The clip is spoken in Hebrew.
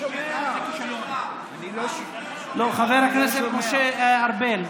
לא, חבר הכנסת משה ארבל,